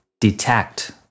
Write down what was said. detect